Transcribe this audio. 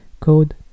Code